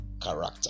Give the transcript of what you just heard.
character